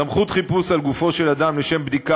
1. סמכות חיפוש על גופו של אדם לשם בדיקה